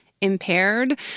impaired